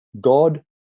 God